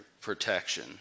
protection